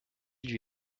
lui